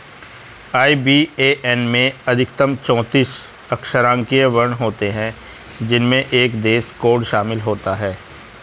IBAN में अधिकतम चौतीस अक्षरांकीय वर्ण होते हैं जिनमें एक देश कोड शामिल होता है